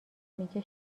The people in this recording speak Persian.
میگه